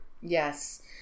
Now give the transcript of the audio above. Yes